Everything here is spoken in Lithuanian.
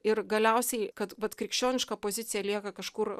ir galiausiai kad vat krikščioniška pozicija lieka kažkur